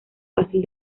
fácil